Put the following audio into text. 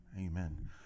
Amen